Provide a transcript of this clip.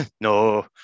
No